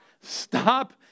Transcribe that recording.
stop